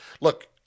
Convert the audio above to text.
Look